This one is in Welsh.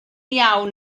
iawn